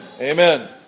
Amen